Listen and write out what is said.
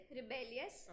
rebellious